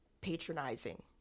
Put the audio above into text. patronizing